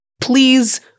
Please